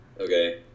okay